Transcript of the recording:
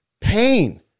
Pain